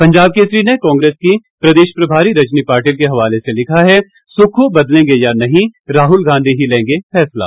पंजाब केसरी ने कांग्रेस की प्रदेश प्रभारी रजनी पाटिल के हवाले से लिखा है सुक्खू बदलेंगे या नहीं राहुल गांधी ही लेंगे फैसला